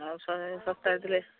ଆଉ ଶହେ ସପ୍ତାହ ଥିଲେ